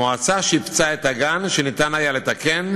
המועצה שיפצה את הגן שניתן היה לתקן,